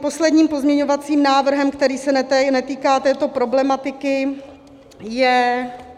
Posledním pozměňovacím návrhem, který se netýká této problematiky, je...